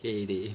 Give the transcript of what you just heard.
Hay Day